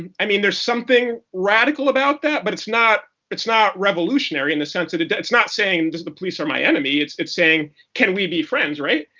and i mean there's something radical about that, but it's not it's not revolutionary, in the sense that and it's not saying the police are my enemy. it's it's saying can we be friends. right?